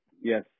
Yes